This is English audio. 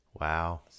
Wow